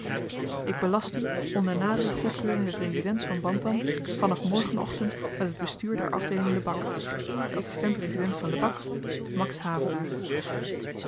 ik belast u onder nadere goedkeuring des residents van bantam vanaf morgen-ochtend met het bestuur der afdeeling lebak de adsistent resident van lebak max havelaar